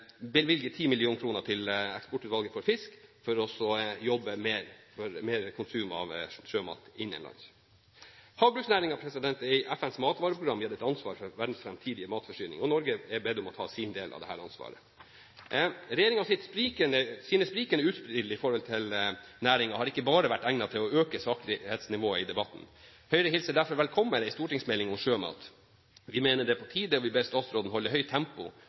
fisk, for å jobbe for mer konsum av sjømat innenlands. Havbruksnæringen er i FNs matvareprogram gitt et ansvar for verdens framtidige matforsyning, og Norge er bedt om å ta sin del av dette ansvaret. Regjeringens sprikende utspill om næringen har ikke bare vært egnet til å øke saklighetsnivået i debatten. Høyre hilser derfor velkommen en stortingsmelding om sjømat. Vi mener det er på tide. Vi ber statsråden holde høyt tempo,